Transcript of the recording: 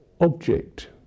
object